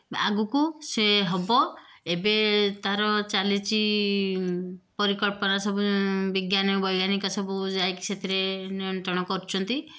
ଆଗକୁ ସେ ହେବ ଏବେ ତାର ଚାଲିଛି ପରିକଳ୍ପନା ସବୁ ବିଜ୍ଞାନ ବୈଜ୍ଞାନିକ ସବୁ ଯାଇକି ସେଥିରେ ନିୟନ୍ତ୍ରଣ କରୁଛନ୍ତି